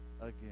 again